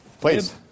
Please